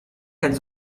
kennt